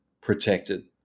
protected